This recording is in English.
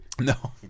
No